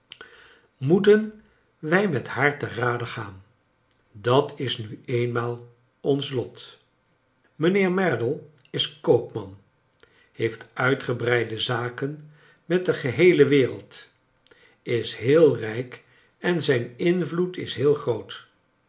moeten wij met haar te rade gaan dat is nu eenmaal ons lot mijnheer merdle is koopman heeft uitgebreide zaken met de geheele wereld is heel rijk en zijn invloed is heel groot